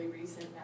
recent